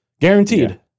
Guaranteed